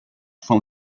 from